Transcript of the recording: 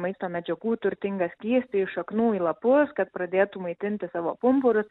maisto medžiagų turtingą skystį iš šaknų į lapus kad pradėtų maitinti savo pumpurus